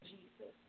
Jesus